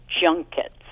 junkets